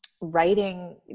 writing